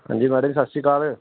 ਹਾਂਜੀ ਮਹਾਰਾਜ ਸਤਿ ਸ਼੍ਰੀ ਅਕਾਲ